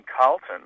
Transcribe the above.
Carlton